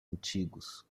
antigos